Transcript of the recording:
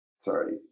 sorry